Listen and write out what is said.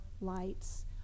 lights